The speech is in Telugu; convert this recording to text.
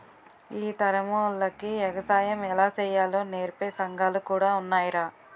ఈ తరమోల్లకి ఎగసాయం ఎలా సెయ్యాలో నేర్పే సంగాలు కూడా ఉన్నాయ్రా